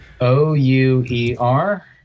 O-U-E-R